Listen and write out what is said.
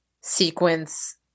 sequence